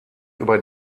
über